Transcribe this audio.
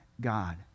God